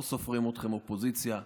לא סופרים אתכם, אופוזיציה,